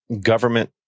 government